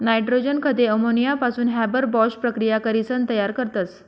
nitrogen खते अमोनियापासून Haber Bosch प्रकिया करीसन तयार करतस